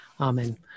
Amen